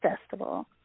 Festival